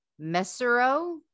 Messero